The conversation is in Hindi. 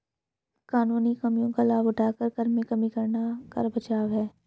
कानूनी कमियों का लाभ उठाकर कर में कमी करना कर बचाव है